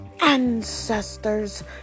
ancestors